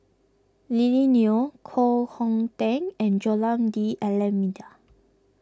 Lily Neo Koh Hong Teng and Joaquim D'Almeida